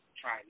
try